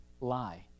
lie